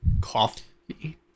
Coffee